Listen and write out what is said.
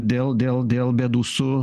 dėl dėl dėl bėdų su